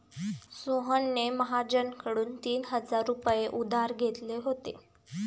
सोहनने महाजनकडून तीन हजार रुपये उधार घेतले होते